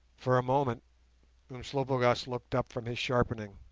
for a moment umslopogaas looked up from his sharpening,